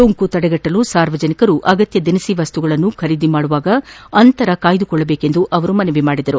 ಸೋಂಕು ತಡೆಗಟ್ಟಲು ಸಾರ್ವಜನಿಕರು ಅಗತ್ಯ ದಿನಸಿ ವಸ್ತುಗಳನ್ನು ಖರೀದಿಸುವಾಗ ಅಂತರ ಕಾಪಾಡಿಕೊಳ್ಳಬೇಕು ಎಂದು ಮನವಿ ಮಾಡಿದ್ದಾರೆ